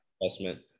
investment